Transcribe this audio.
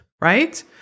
right